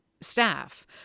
staff